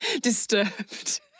disturbed